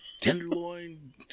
tenderloin